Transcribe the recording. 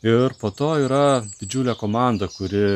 ir po to yra didžiulė komanda kuri